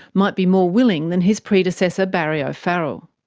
might be more willing than his predecessor barry o'farrell.